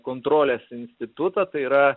kontrolės institutą tai yra